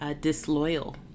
disloyal